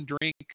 drink